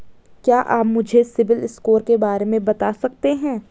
क्या आप मुझे सिबिल स्कोर के बारे में बता सकते हैं?